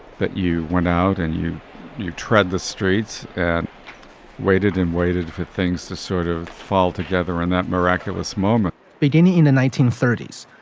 that you went out. and you you tread the streets and waited and waited for things to sort of fall together and that miraculous moment beginning in the nineteen thirty s,